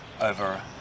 over